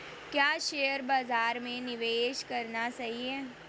क्या शेयर बाज़ार में निवेश करना सही है?